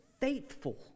faithful